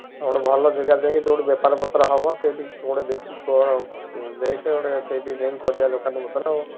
ହଉ ଗୋଟେ ଭଲ ଜଗା ଦେଇକି ଯେଉଁଠି ବେପାରପତର ହେବ ସେଇଠି ଗୋଟେ ଦେଖିକି କ'ଣ ଦେଇକି ଗୋଟେ ସେଇଠି ଯାଇକି କରିବା ଦୋକାନ ପତର ଆଉ